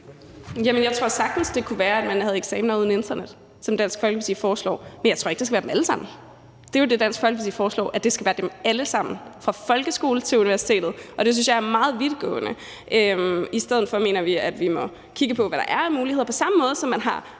Jeg tror sagtens, det kunne være, at man havde eksamener uden internet, som Dansk Folkeparti foreslår, men jeg tror ikke, at det skal være dem alle sammen. Det er jo det, Dansk Folkeparti foreslår, altså at det skal være dem alle sammen, fra folkeskolen til universitetet, og det synes jeg er meget vidtgående. I stedet mener vi, at vi må kigge på, hvad der er af muligheder – på samme måde, som man har